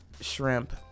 shrimp